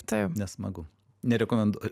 taip nesmagu nerekomenduoju